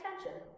attention